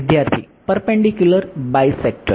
વિદ્યાર્થી પરપેન્ડીક્યુલર